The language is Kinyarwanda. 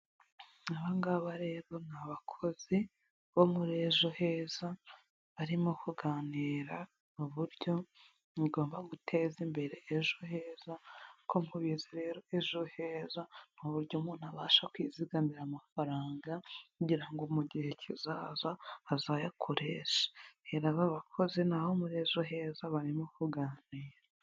Aba ngaba rero, ni bakozi bo muri Ejo heza barimo kuganira uburyo mugomba guteza imbere Ejo heza, nk'uko mubizi rero Ejo heza ni uburyo umuntu abasha kwizigamira amafaranga kugira ngo mu gihe kizaza azayakoreshe. Rero, aba bakozi ni abo muri Ejo heza barimo kuganira.